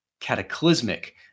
cataclysmic